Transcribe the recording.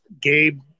Gabe